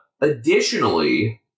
Additionally